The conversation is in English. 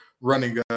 running